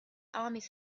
armies